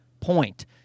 point